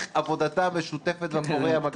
עבודתה המשותפת והפורייה עם אגף התקציבים.